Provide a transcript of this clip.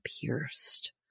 pierced